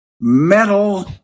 metal